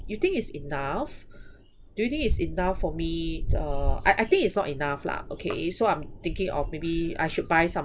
you think it's enough do you think it's enough for me uh I I think it's not enough lah okay so I'm thinking of maybe I should buy some